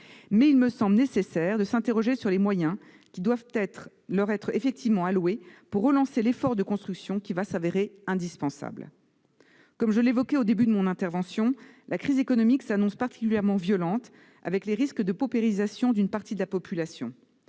il me semble nécessaire de s'interroger sur les moyens qui doivent être effectivement alloués aux bailleurs sociaux pour relancer l'effort de construction, qui s'avérera indispensable. Je l'évoquais au début de mon intervention, la crise économique s'annonce particulièrement violente, avec un risque de paupérisation d'une partie de la population.